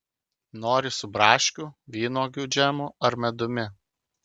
nori su braškių vynuogių džemu ar medumi